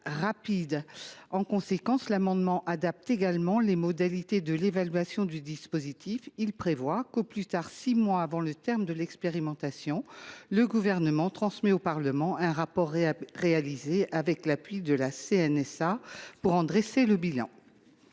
En conséquence, l’amendement vise également à adapter les modalités de l’évaluation du dispositif. Il prévoit qu’au plus tard, six mois avant le terme de l’expérimentation, le Gouvernement transmet au Parlement un rapport, réalisé avec l’appui de la CNSA, pour en dresser le bilan.